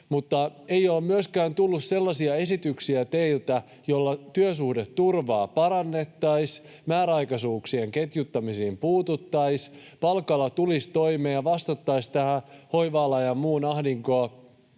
teiltä ei ole myöskään tullut sellaisia esityksiä, joilla työsuhdeturvaa parannettaisiin, määräaikaisuuksien ketjuttamisiin puututtaisiin, palkalla tulisi toimeen ja vastattaisiin tämän hoiva-alan ja muun ahdinkoon,